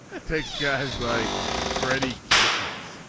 it. takes guys like freddie kitchens.